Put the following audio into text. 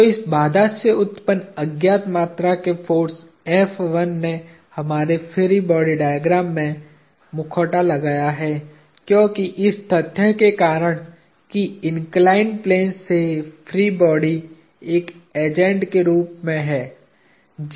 तो इस बाधा से उत्त्पन्न अज्ञात मात्रा के फोर्सने हमारे फ्री बॉडी डायग्राम में मुखौटा लगाया हैं क्योकि इस तथ्य के कारण कि इन्कलाईन्ड प्लेन से फ्री बॉडी एक एजेंट के रूप में है